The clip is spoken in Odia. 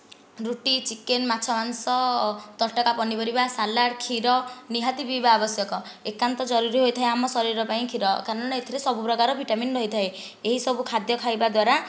ରୁଟି ଚିକେନ ମାଛ ମାଂସ ତଟକା ପନିପରିବା ସାଲାଡ଼ କ୍ଷୀର ନିହାତି ପିଇବା ଆବଶ୍ୟକ ଏକାନ୍ତ ଜରୁରୀ ହୋଇଥାଏ ଆମ ଶରୀର ପାଇଁ କ୍ଷୀର କାରଣ ନା ଏଥିରେ ସବୁ ପ୍ରକାରର ଭିଟାମିନ ରହିଥାଏ ଏହି ସବୁ ଖାଦ୍ୟ ଖାଇବା ଦ୍ଵାରା